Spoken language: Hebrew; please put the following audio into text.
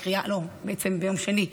בעצם ביום שני,